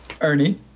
Ernie